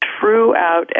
throughout